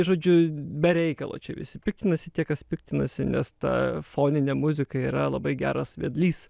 žodžiu be reikalo čia visi piktinasi tie kas piktinasi nes ta foninė muzika yra labai geras vedlys